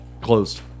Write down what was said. closed